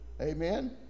Amen